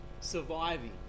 surviving